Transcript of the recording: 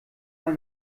mal